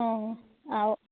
অঁ আৰু